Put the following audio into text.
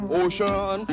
ocean